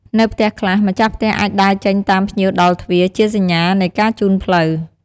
នៅផ្ទះខ្លះ ម្ចាស់ផ្ទះអាចដើរចេញតាមភ្ញៀវដល់ទ្វារ ជាសញ្ញានៃការជូនផ្លូវ។